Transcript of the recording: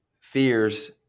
fears